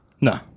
No